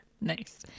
nice